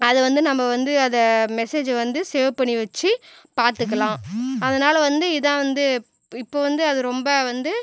அதை வந்து நம்ம வந்து அதை மெசேஜை வந்து சேவ் பண்ணி வச்சு பார்த்துக்கலாம் அதனால வந்து இதுதான் வந்து இப்போ வந்து அது ரொம்ப வந்து